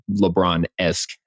LeBron-esque